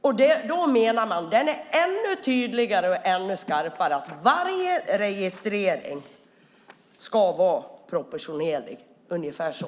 Man menar att detta nu är ännu tydligare och skarpare. Varje registrering ska vara proportionerlig - ungefär så.